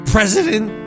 President